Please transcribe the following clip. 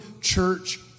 church